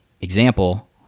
Example